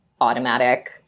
automatic